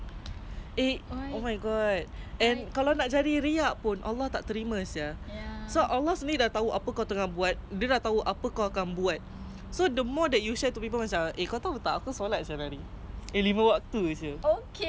okay then what you want me to do macam oh !wow! you confirm go to heaven lah what you expect exactly so is like oh my god